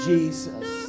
Jesus